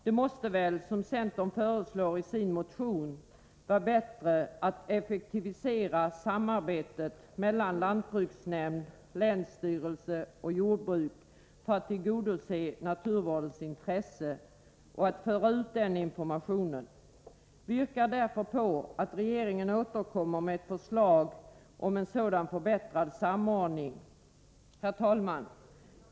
Det måste väl vara bättre att, som centern föreslår i sin motion, effektivisera samarbetet mellan lantbruksnämnd, länsstyrelse och jordbruk för att tillgodose naturvårdens intressen och att föra ut den informationen. Vi yrkar därför på att regeringen återkommer med ett förslag om en sådan förbättrad samordning. Herr talman!